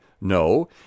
no